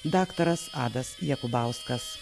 daktaras adas jakubauskas